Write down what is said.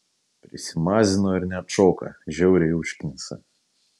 prisimazino ir neatšoka žiauriai užknisa